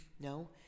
no